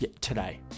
today